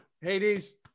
Hades